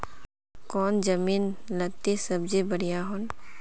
कौन जमीन लत्ती सब्जी बढ़िया हों?